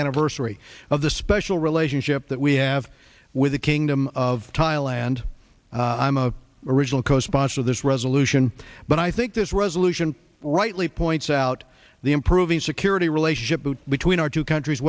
anniversary of the special relationship that we have with the kingdom of thailand i'm a original co sponsor of this resolution but i think this resolution rightly points out the improving security relationship between our two countries